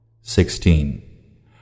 Sixteen